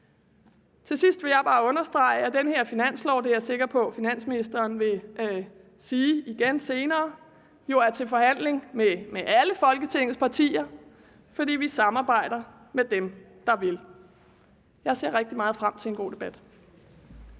Til sidst vil jeg bare understrege, at den her finanslov – og det er jeg sikker på at finansministeren vil sige igen senere – jo er til forhandling med alle Folketingets partier, fordi vi samarbejder med dem, der vil. Jeg ser rigtig meget frem til en god debat.